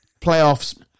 Playoffs